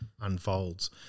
unfolds